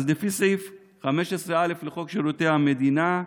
לפי סעיף 15א לחוק שירותי המדינה (מנויים),